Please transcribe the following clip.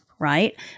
Right